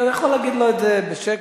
אתה יכול להגיד לו את זה בשקט.